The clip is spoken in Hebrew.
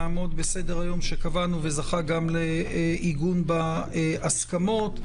נעמוד בסדר-היום שקבענו וזכה לעיגון גם בהסכמות.